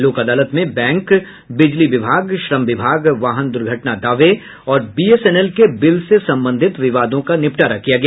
लोक अदालत में बैंक बिजली विभाग श्रम विभाग वाहन दुर्घटना दावे और बीएसएनएल के बिल से संबंधित विवादों का निपटारा किया गया